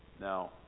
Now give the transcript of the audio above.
Now